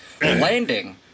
Landing